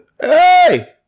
Hey